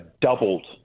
doubled